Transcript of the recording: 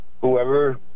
whoever